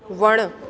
वण